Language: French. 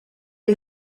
est